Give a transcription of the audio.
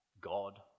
God